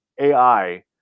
AI